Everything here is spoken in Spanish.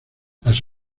las